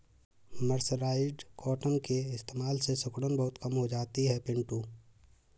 mercerised cotton के इस्तेमाल से सिकुड़न बहुत कम हो जाती है पिंटू